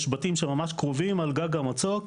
יש בתים שממש קרובים על גג המצוק,